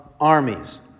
armies